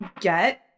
get